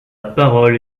parole